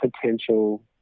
potential